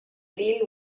lil